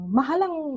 mahalang